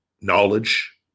knowledge